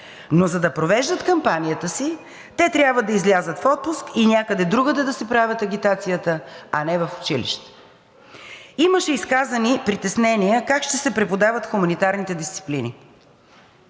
Но за да провеждат кампанията си, те трябва да излязат в отпуск и някъде другаде да си правят агитацията, а не в училище. Имаше изказани притеснения как ще се преподават хуманитарните дисциплини,